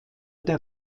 der